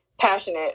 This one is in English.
passionate